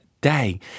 day